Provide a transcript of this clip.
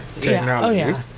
technology